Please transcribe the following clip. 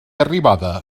arribada